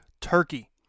Turkey